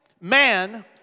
man